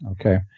Okay